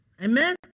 Amen